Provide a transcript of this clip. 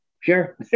sure